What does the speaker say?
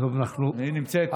היא נמצאת.